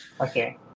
Okay